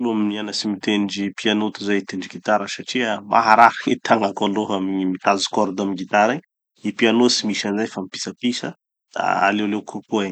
[aleoko] mianatsy mitendry piano tozay hitendry gitara satria maharary gny tagnako aloha amy gny mitazo cordes amy gitara igny. Gny piano tsy misy anizay fa mipitsapitsa. Da aleoleoko kokoa igny.